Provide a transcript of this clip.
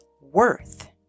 worth